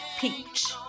peach